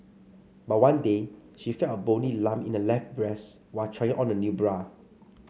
but one day she felt a bony lump in her left breast while trying on a new bra